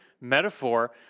metaphor